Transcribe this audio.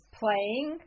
playing